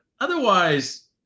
otherwise